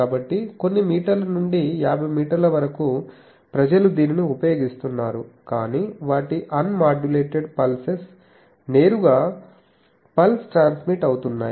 కాబట్టి కొన్ని మీటర్ల నుండి 50 మీటర్ల వరకు ప్రజలు దీనిని ఉపయోగిస్తున్నారు కాని వాటి అన్ మాడ్యులేటెడ్ పల్సస్ నేరుగా పల్స్ ట్రాన్స్మీట్ అవుతున్నాయి